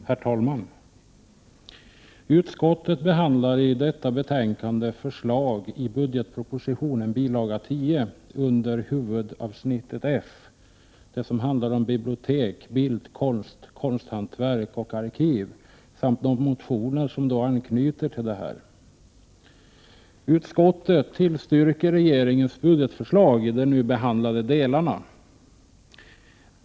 Herr talman! Utskottet behandlar i detta betänkande förslag i budgetpropositionen bil. 10 under huvudavsnittet F, det som handlar om bibliotek, bildkonst, konsthantverk och arkiv samt de motioner som anknyter till detta. Utskottet tillstyrker regeringens budgetförslag i de nu behandlade delarna.